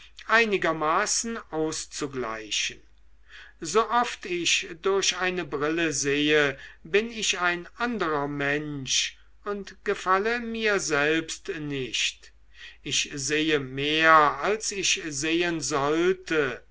einigermaßen auszugleichen sooft ich durch eine brille sehe bin ich ein anderer mensch und gefalle mir selbst nicht ich sehe mehr als ich sehen sollte